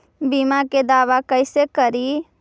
बीमा के दावा कैसे करी?